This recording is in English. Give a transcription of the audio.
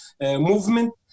movement